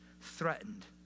threatened